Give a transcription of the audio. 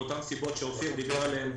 מאותן סיבות שאופיר דיבר עליהן,